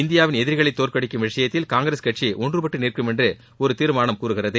இந்தியாவில் எதிரிகளை தோற்கடிக்கும் விஷயத்தில் காங்கிரஸ் கட்சி ஒன்றுபட்டு நிற்கும் என்று ஒரு தீர்மானம் கூறுகிறது